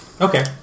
okay